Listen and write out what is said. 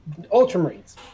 Ultramarines